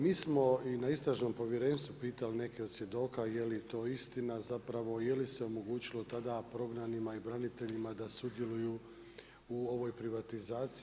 Mi smo i na istražnom povjerenstvu pitali neke od svjedoka je li to istina, zapravo je li se omogućilo tada prognanima i braniteljima da sudjeluju u ovoj privatizaciji.